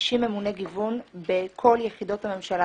מ-60 ממוני גיוון בכל יחידות הממשלה.